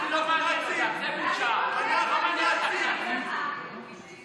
אתם דיברתם על משטר נאצים, נאצים.